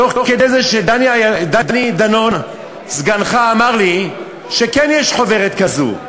תוך כדי זה שדני דנון סגנך אמר לי שיש חוברת כזו,